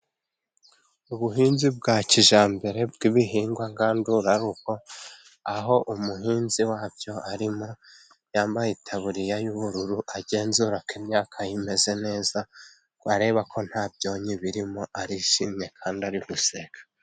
Ubuhinzi bwa kijyambere bw'ibihingwa ngandurarugo aho umuhinzi wabyo arimo yambaye itaburiya y'ubururu, agenzura ko imyaka imeze neza areba ko nta byonyi birimo, arishimye kandi ari guseka.